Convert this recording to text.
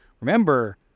Remember